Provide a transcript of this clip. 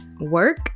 work